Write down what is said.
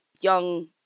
young